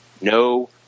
No